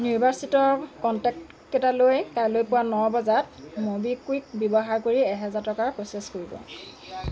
নিৰ্বাচিত কনটেক্টকেইটালৈ কাইলৈ পুৱা ন বজাত ম'বিকুইক ব্যৱহাৰ কৰি এহাজাৰ টকা প্ৰ'চেছ কৰিব